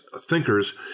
thinkers